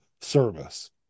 service